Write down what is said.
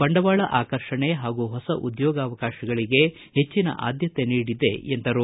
ಬಂಡವಾಳ ಆಕರ್ಷಣೆ ಹಾಗೂ ಹೊಸ ಉದ್ಯೋಗಾವಕಾಶಗಳಿಗೆ ಹೆಚ್ಚನ ಆದ್ಭತೆ ನೀಡಿದೆ ಎಂದರು